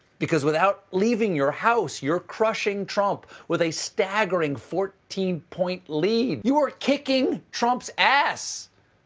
because without leaving your house, you're crushing trump with a staggering fourteen point lead. you are kicking trump's ass!